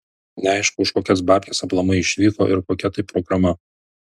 neaišku už kokias babkes aplamai išvyko ir kokia tai programa